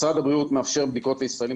משרד הבריאות מאפשר בדיקות לישראלים